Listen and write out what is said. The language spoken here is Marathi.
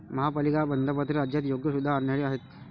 महापालिका बंधपत्रे राज्यात योग्य सुविधा आणण्यासाठी आहेत